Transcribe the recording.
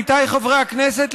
עמיתיי חברי הכנסת,